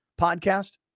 podcast